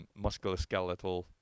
musculoskeletal